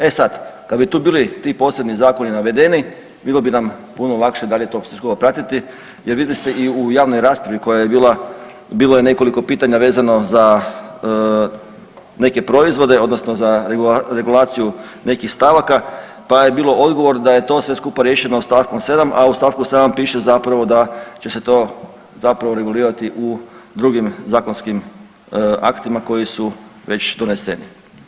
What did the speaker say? E sad, kad bi tu bili ti posljednji Zakoni navedeni bilo bi nam puno lakše dalje to sve skupa pratiti, jer vidjeli ste i u javnoj raspravi koja je bila, bilo je nekoliko pitanja vezano za neke proizvode, odnosno za regulaciju nekih stavaka, pa je bilo odgovor da je sve to skupa riješeno stavkom 7 a u st.7 piše zapravo da će se to, zapravo regulirati u drugim Zakonskim aktima koji su već doneseni.